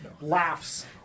laughs